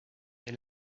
est